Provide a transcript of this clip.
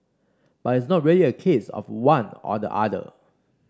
but it's not really a case of one or the other